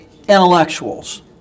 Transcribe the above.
intellectuals